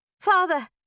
Father